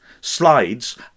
slides